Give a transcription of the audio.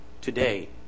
today